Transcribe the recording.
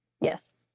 Yes